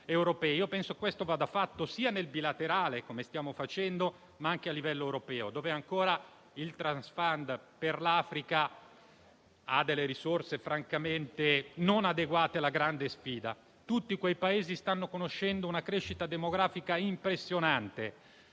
Penso che questo vada fatto sia nel bilaterale, come stiamo già facendo, ma anche a livello europeo, dove ancora il Trust Fund per l'Africa ha risorse francamente non adeguate alla grande sfida. Tutti quei Paesi stanno conoscendo una crescita demografica impressionante: